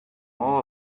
all